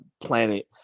planet